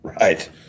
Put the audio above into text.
Right